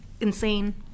insane